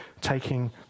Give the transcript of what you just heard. taking